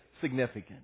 significant